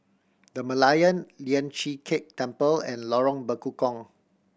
The Merlion Lian Chee Kek Temple and Lorong Bekukong